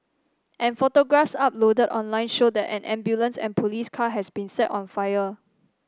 and photographs uploaded online show that an ambulance and police car has been set on fire